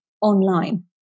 online